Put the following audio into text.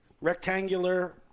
rectangular